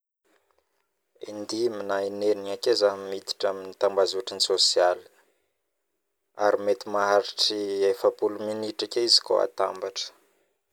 Indimy na inenigny zah miditra tambazotra sosialy ary maharitry efapolo minitra ake izy kao atambatra